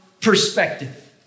perspective